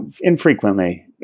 infrequently